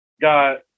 got